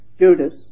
Judas